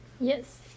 Yes